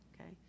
Okay